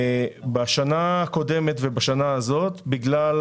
בשנה הקודמת ובשנה הזאת, בגלל